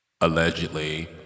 allegedly